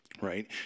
right